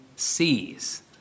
Sees